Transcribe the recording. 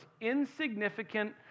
insignificant